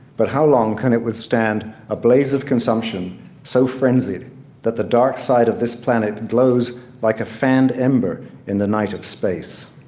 but how long can it withstand a blaze of consumption so frenzied that the dark side of this planet glows like a fanned ember in the night of space?